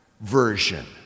version